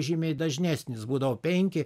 žymiai dažnesnis būdavo penki